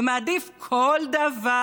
ומעדיף כל דבר,